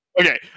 Okay